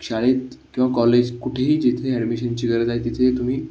शाळेत किंवा कॉलेज कुठेही जिथे ॲडमिशनची गरज आहे तिथे तुम्ही